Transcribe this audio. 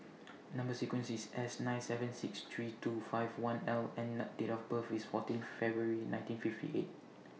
Number sequence IS S nine seven six three two five one L and Date of birth IS fourteen February nineteen fifty eight